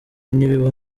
nibiba